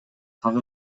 так